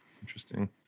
Interesting